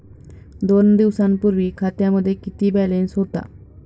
दोन दिवसांपूर्वी खात्यामध्ये किती बॅलन्स होता?